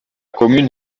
commune